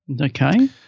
Okay